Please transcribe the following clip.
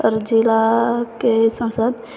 आओर जिलाके सांसद